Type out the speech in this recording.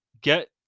get